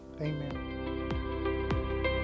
Amen